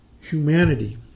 humanity